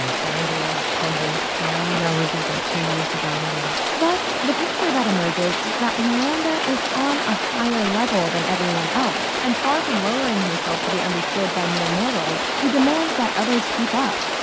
bangles, pendants, earrings. no. we did that two years ago. what else? thus, the picture that emerges is that miranda is on a higher level than everyone else, and far from lowering herself to be understood by mere mortals, she demands that others keep up.